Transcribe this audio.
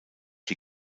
die